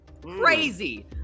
crazy